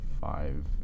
five